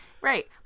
right